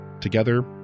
Together